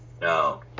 no